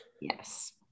Yes